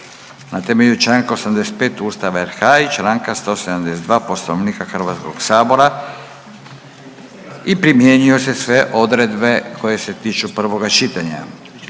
Na temelju članka 85. Ustava RH i članka 172. Poslovnika Hrvatskog sabora i primjenjuju se sve odredbe koje se tiču prvoga čitanja.